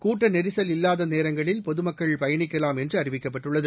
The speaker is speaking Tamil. கூட்ட நெரிசல் இல்லாத நேரங்களில் பொது மக்கள் பயணிக்கலாம் என்று அறிவிக்கப்பட்டுள்ளது